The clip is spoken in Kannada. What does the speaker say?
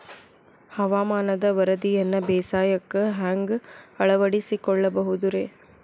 ಹವಾಮಾನದ ವರದಿಯನ್ನ ಬೇಸಾಯಕ್ಕ ಹ್ಯಾಂಗ ಅಳವಡಿಸಿಕೊಳ್ಳಬಹುದು ರೇ?